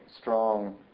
strong